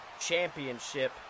Championship